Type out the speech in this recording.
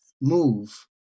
move